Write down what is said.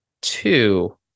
Two